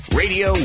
radio